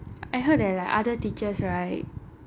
I heard that like other teachers right